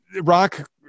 Rock